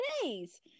Please